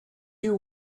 you